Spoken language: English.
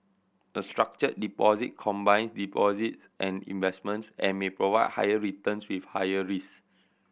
a structured deposit combines deposits and investments and may provide higher returns with higher risk